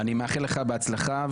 אני מאחל לך בהצלחה.